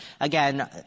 Again